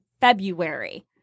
February